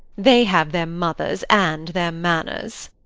they have their mothers and their manners.